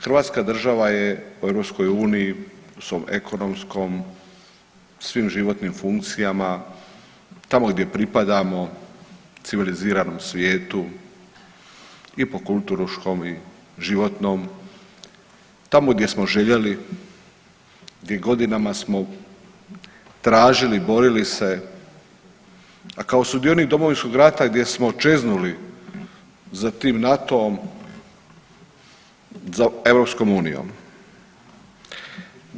Hrvatska država je u EU, u svom ekonomskom i svim životnim funkcijama tamo gdje pripadamo, civiliziranom svijetu i po kulturološkom i životnom, tamo gdje smo željeli, di godinama smo tražili, borili se, a kao sudionik Domovinskog rata gdje smo čeznuli za tim NATO-om, za EU-om.